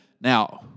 Now